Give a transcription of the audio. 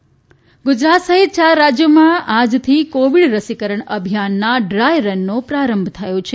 રસીકરણ dry run Gujarat સહિત ચાર રાજ્યોમાં આજથી કોવિડ રસીકરણ અભિયાનના ડ્રાય રનનો પ્રારંભ થયો છે